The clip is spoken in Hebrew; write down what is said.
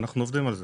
אנחנו עובדים על זה.